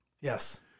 Yes